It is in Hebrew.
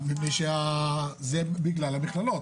זה בגלל המכללות,